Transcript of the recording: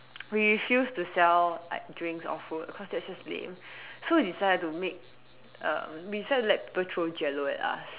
we refuse to sell like drinks or food cause that's just lame so we decided to make uh we decided to let people throw jello at us